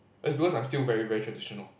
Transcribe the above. is because I'm still very very traditional